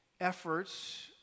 efforts